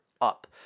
up